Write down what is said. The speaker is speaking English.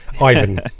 Ivan